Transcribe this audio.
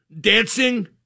dancing